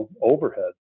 overhead